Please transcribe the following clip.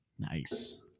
Nice